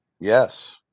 Yes